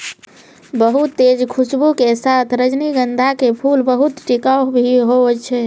बहुत तेज खूशबू के साथॅ रजनीगंधा के फूल बहुत टिकाऊ भी हौय छै